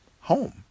home